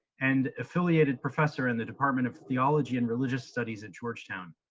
and affiliated professor in the department of theology and religious studies at georgetown.